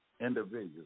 individuals